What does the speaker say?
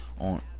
On